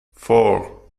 four